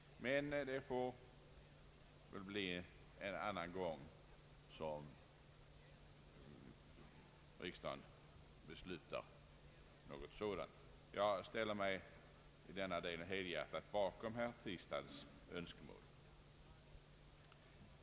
Men riksdagen får väl besluta någonting sådant en annan gång. Jag ställer mig i denna del helhjärtat bakom herr Tistads önskemål.